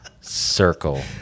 circle